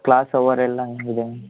class hour ಎಲ್ಲ ಹೆಂಗಿದೆ ma'am